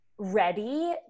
ready